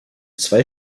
zwei